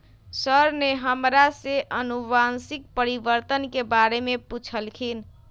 sir ने हमरा से अनुवंशिक परिवर्तन के बारे में पूछल खिन